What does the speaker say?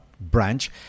branch